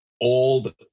old